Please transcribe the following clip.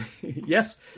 Yes